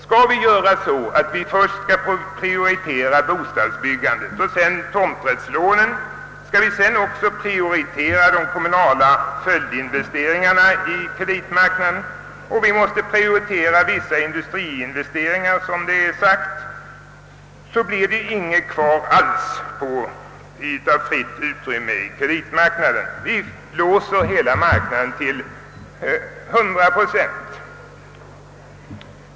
Skall vi först prioritera bostadsbyggandet och tomträttslånen och sedan också de kommunala följdinvesteringarna på kreditmarknaden och dessutom vissa industriinvesteringar, som det har sagts, så blir det inget »fritt» utrymme kvar alls på kreditmarknaden; vi låser då marknaden till 100 procent.